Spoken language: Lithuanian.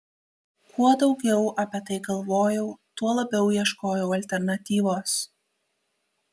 kuo daugiau apie tai galvojau tuo labiau ieškojau alternatyvos